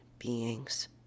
beings